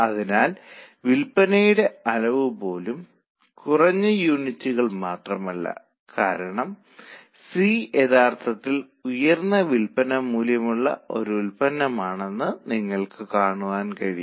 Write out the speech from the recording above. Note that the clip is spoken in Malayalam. അതിനാൽ നിലവിലെ വിൽപ്പന വില 30 ആയിരുന്നത് 32 ആയി വർദ്ധിപ്പിക്കും വിൽപ്പന അളവും 12000 ആയി ഉയരുമെന്ന് പ്രതീക്ഷിക്കുന്നു